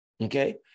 Okay